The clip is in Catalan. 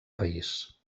país